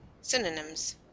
Synonyms